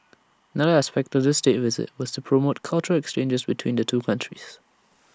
another aspect of this State Visit was to promote cultural exchanges between the two countries